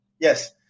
Yes